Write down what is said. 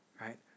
right